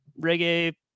reggae